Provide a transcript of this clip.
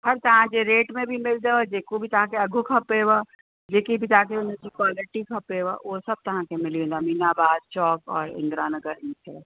और तव्हां जे रेट में बि मिलंदव जेको बि तव्हां खे अघु खपेव जेकी बि तव्हां खे हुनजी क्वालिटी खपेव उहे सभु तव्हां खे मिली वेंदा अमीनाबाद चौक और इन्द्रा नगर में